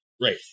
right